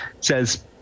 says